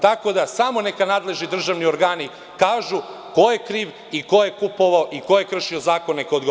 Tako da samo neka nadležni državni organi kažu ko je kriv i ko je kupovao i ko je kršio zakon neka odgovara.